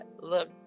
look